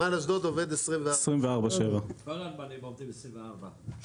24/7. נמל אשדוד עובד 24/7. כל הנמלים עובדים 24 שעות,